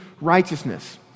righteousness